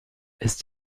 ist